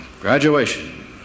Graduation